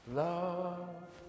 love